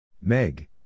Meg